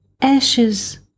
Ashes